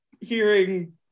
hearing